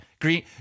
green